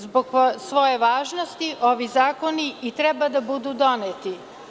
Zbog svoje važnosti, ovi zakoni i treba da budu doneti.